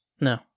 No